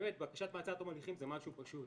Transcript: באמת בקשת מעצר עד תום ההליכים זה משהו פשוט,